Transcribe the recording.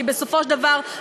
כי בסופו של דבר,